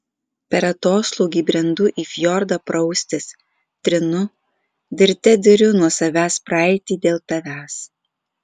per atoslūgį brendu į fjordą praustis trinu dirte diriu nuo savęs praeitį dėl tavęs